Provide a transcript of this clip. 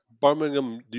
Birmingham